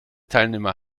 teilnehmer